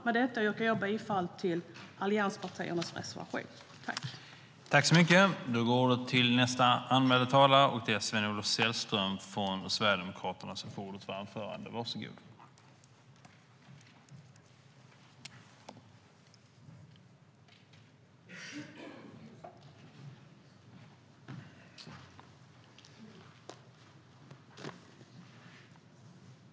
Med detta yrkar jag bifall till allianspartiernas reservation.